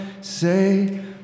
say